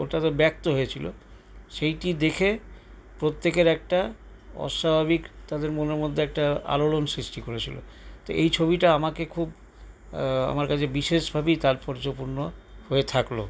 ওটাতে ব্যক্ত হয়েছিল সেটি দেখে প্রত্যেকের একটা অস্বভাবিক তাঁদের মনের মধ্যে একটা আলোড়ন সৃষ্টি করেছিল তো এই ছবিটা আমাকে খুব আমার কাছে বিশেষ ভাবেই তাৎপর্যপূর্ণ হয়ে থাকল